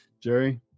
Jerry